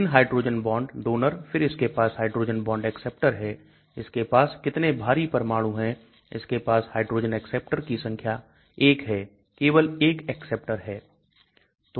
3 hydrogen bond donor फिर इसके पास हाइड्रोजन बॉन्ड एक्सेप्टर हैं इसके पास कितने भारी परमाणु है इसके पास हाइड्रोजन एक्सेप्टर की संख्या 1 है केवल 1 एक्सेप्टर है